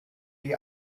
die